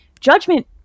judgment